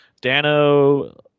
Dano